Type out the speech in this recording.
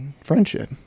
friendship